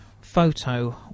photo